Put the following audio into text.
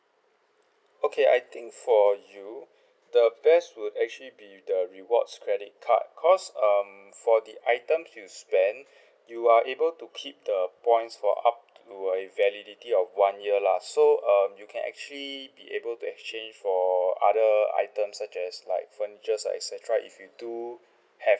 okay I think for you the best would actually be the rewards credit card because um for the items you spend you are able to keep the points for up to a validity of one year lah so um you can actually be able to exchange for other items such as like furnitures lah et cetera if you do have